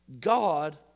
God